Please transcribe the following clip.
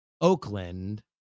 Oakland